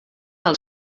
els